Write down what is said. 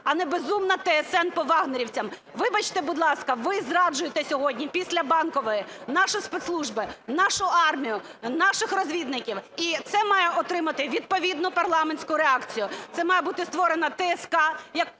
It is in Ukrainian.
а не безумна "ТСН по "вагнерівцям". Вибачте, будь ласка, ви зраджуєте сьогодні, після Банкової, наші спецслужби, нашу армію, наших розвідників і це має отримати відповідну парламентську реакцію. Це має бути створена ТСК як